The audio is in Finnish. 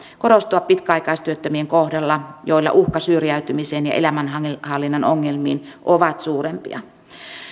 korostua pitkäaikaistyöttömien kohdalla joilla uhka syrjäytymiseen ja elämänhallinnan ongelmiin ovat suurempia